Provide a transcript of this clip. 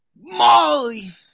Molly